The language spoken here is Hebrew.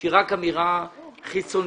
שהיא רק אמירה חיצונית.